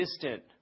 distant